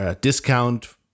discount